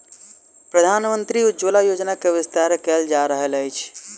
प्रधानमंत्री उज्ज्वला योजना के विस्तार कयल जा रहल अछि